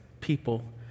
people